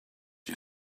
you